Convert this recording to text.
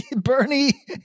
Bernie